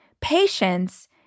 Patience